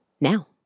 now